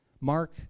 Mark